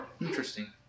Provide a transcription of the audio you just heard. Interesting